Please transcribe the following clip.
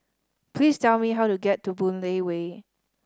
please tell me how to get to Boon Lay Way